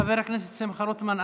חבר הכנסת שמחה רוטמן,